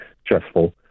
stressful